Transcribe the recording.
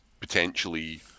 potentially